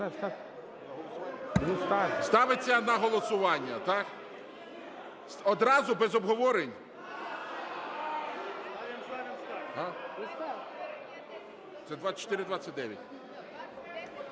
Ставиться на голосування, так. Одразу, без обговорень? (Шум